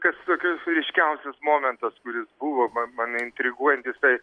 kas tokis ryškiausias momentas kuris buvo man mane intriguojantis tai